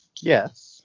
Yes